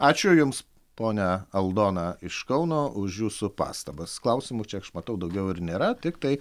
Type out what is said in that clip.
ačiū jums ponia aldona iš kauno už jūsų pastabas klausimų čia matau daugiau ir nėra tiktai